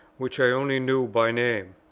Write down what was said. which i only knew by name.